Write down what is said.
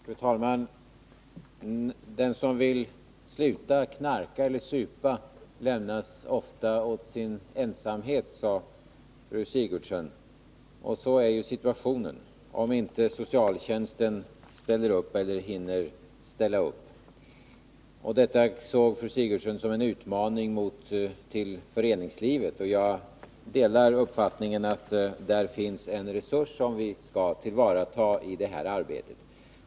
Fru talman! Den som vill sluta knarka eller supa lämnas ofta åt sin ensamhet, sade fru Sigurdsen. Och så är ju situationen, om inte socialtjänsten ställer upp, eller hinner ställa upp. Detta såg fru Sigurdsen som en utmaning för föreningslivet. Jag delar uppfattningen att där finns en resurs som vi skall tillvarata i det här arbetet.